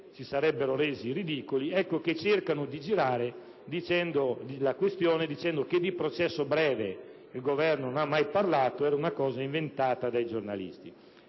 si sarebbero resi ridicoli, ecco che cercano di recuperare dicendo che di processo breve il Governo non ha mai parlato e che era una cosa inventata dai giornalisti.